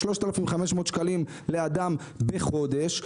3,500 שקלים לאדם בחודש.